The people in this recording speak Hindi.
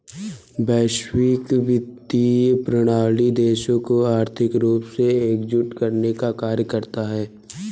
वैश्विक वित्तीय प्रणाली देशों को आर्थिक रूप से एकजुट करने का कार्य करता है